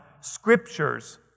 scriptures